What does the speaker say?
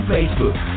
Facebook